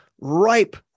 ripe